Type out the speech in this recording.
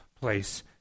place